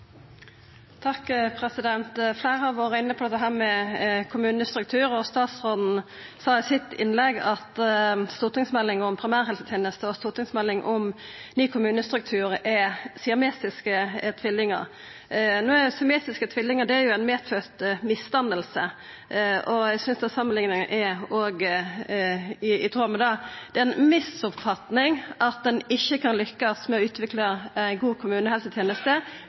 Fleire har vore inne på dette med kommunestruktur, og statsråden sa i innlegget sitt at stortingsmeldinga om primærhelsetenesta og stortingsmeldinga om ny kommunestruktur er siamesiske tvillingar. Å vera siamesisk tvilling er ei medfødd misdanning, så eg synest den samanlikninga er i tråd med det. Det er ei misoppfatning at ein ikkje kan lykkast med å utvikla